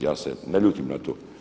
Ja se ne ljutim na to.